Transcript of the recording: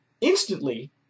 instantly